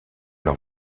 leur